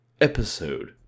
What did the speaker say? episode